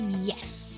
Yes